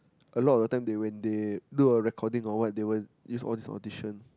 a lot of the time they when they do a recording or what they will use the audition